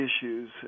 issues